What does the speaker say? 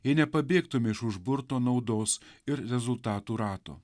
jei nepabėgtume iš užburto naudos ir rezultatų rato